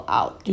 out